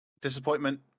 Disappointment